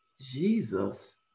Jesus